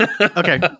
Okay